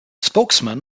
spokesman